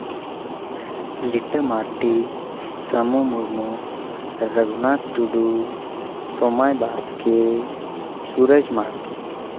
Lita Mardi Samu Murmu Raghunath Tudu Somai Baske Suraj Mardi